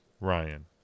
Ryan